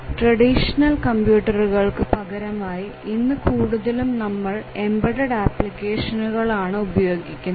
traditional കംപ്യൂട്ടറുകൾക്ക് പകരമായി ഇന്ന് കൂടുതലും നമ്മൾ എംബഡഡ് ആപ്ലിക്കേഷനുകൾ ആണ് ഉപയോഗിക്കുന്നത്